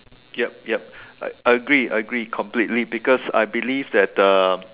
yup yup agree agree completely because I believe that um